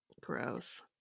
Gross